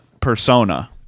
persona